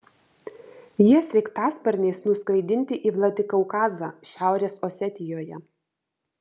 jie sraigtasparniais nuskraidinti į vladikaukazą šiaurės osetijoje